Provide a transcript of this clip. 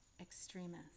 extremists